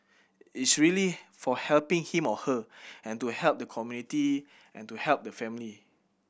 it's really for helping him or her and to help the community and to help the family